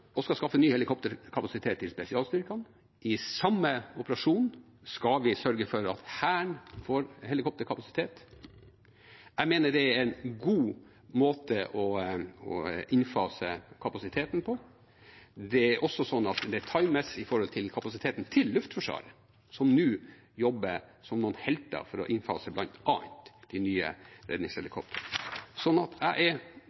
og skal skaffe ny helikopterkapasitet til spesialstyrkene. I samme operasjon skal vi sørge for at Hæren får helikopterkapasitet. Jeg mener det er en god måte å innfase kapasiteten på. Den er også sånn at den er tallmessig i forhold til kapasiteten til Luftforsvaret, som nå jobber som noen helter for å innfase bl.a. de nye redningshelikoptrene. Så jeg er